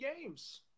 games